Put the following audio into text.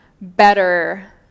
better